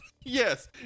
Yes